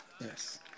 Yes